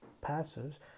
passes